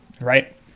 right